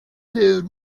zoned